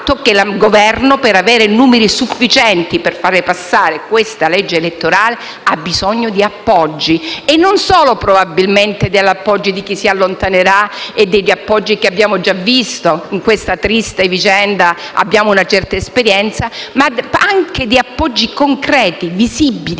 del fatto che il Governo, per avere numeri sufficienti per far passare questa legge elettorale, ha bisogno di appoggi. Non solo, probabilmente, dell'appoggio di chi si allontanerà e dell'appoggio che abbiamo già visto (in questa triste vicenda abbiamo una certa esperienza), ma anche di appoggi concreti visibili,